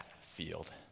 field